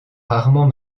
rarement